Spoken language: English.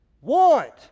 want